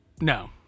No